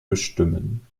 bestimmen